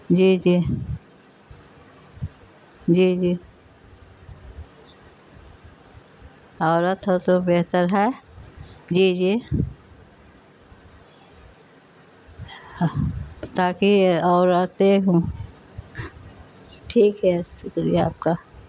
جی جی جی جی عورت ہو تو بہتر ہے جی جی تا کہ عورتیں ہوں ٹھیک ہے شکریہ آپ کا